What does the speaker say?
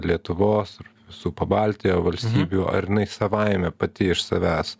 lietuvos visų pabaltijo valstybių ar jinai savaime pati iš savęs